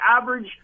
average